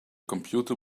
computer